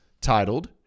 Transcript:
titled